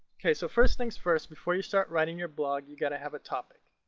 ok, so first things first before you start writing your blog you got to have a topic,